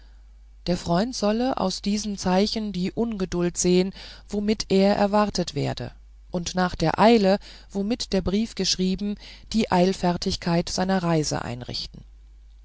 der freund solle aus diesen zeichen die ungeduld sehen womit er erwartet werde und nach der eile womit der brief geschrieben die eilfertigkeit seiner reise einrichten